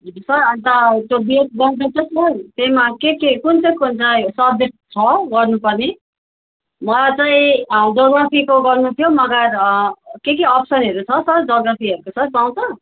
sir अन्त त्यो B Ed गर्दा चाहिँ सर त्यसमा के के कुन चाहिँ कुन चाहिँ सब्जेक्ट छ गर्नुपर्ने मलाई चाहिँ जोग्राफीको गर्नु थियो मगर के के अप्सनहरू छ सर जोग्राफीहरूको सर पाउँछ